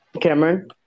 Cameron